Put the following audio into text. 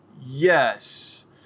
Yes